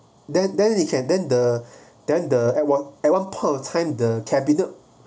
then then it can then the then the at one at one point of time the cabinet